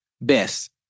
best